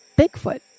Bigfoot